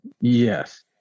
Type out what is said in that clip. yes